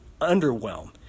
underwhelm